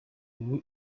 ubu